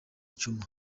djuma